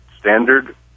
standard